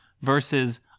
versus